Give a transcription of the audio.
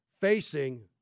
facing